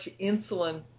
insulin